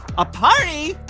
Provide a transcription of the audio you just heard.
a party?